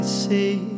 see